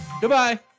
Goodbye